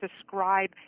describe